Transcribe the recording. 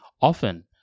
Often